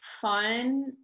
fun